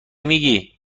میگی